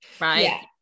Right